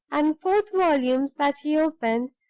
and fourth volumes that he opened,